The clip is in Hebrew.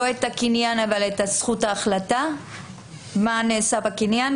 יש דרך לפגוע לא בקניין אבל בזכות ההחלטה מה נעשה בקניין?